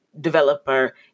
developer